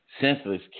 senseless